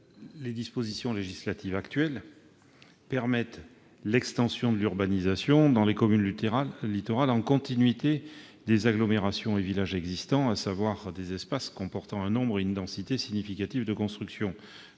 les dispositions législatives actuelles permettent l'extension de l'urbanisation dans les communes littorales en continuité des agglomérations et villages existants, à savoir des espaces comportant un nombre et une densité significative de constructions.